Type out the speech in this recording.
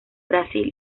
brasil